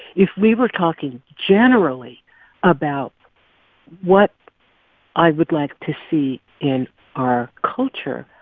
if we were talking generally about what i would like to see in our culture,